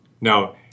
Now